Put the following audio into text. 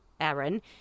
Aaron